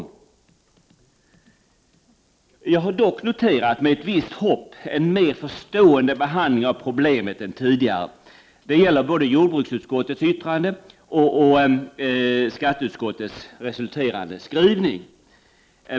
13 december 1989 Jag har dock med ett visst hopp noterat en mer förstående behandlingav. ZI problemet än tidigare. Det gäller både jordbruksutskottets yttrande och skatteutskottets skrivning.